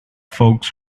folks